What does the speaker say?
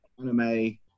anime